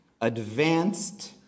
advanced